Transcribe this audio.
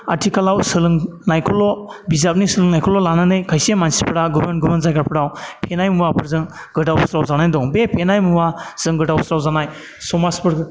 आथिखालाव सोलोंनायखौल' बिजाबनि सोलोंनायखौल' लानानै खायसे मानसिफ्रा गुबुन गुबुन जायगाफ्राव फेनाय मुवाफोरजों गोदाव सोराव जानानै दं बे फेनाय मुवाजों गोदाव सोराव जानाय समाजफोर